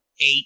Eight